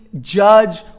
judge